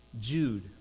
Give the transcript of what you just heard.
Jude